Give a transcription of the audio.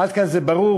עד כאן זה ברור.